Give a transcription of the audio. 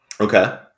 Okay